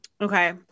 okay